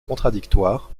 contradictoires